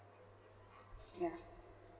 yeah